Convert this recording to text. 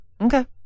Okay